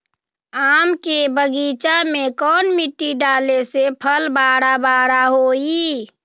आम के बगीचा में कौन मिट्टी डाले से फल बारा बारा होई?